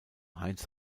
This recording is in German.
heinz